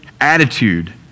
attitude